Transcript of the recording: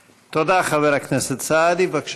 תודה, חבר הכנסת סעדי.